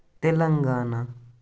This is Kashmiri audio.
تِلنگانا